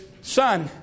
son